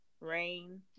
rain